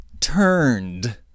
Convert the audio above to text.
Turned